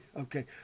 okay